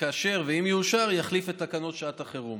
ואם וכאשר יאושר יחליף את תקנות שעת החירום.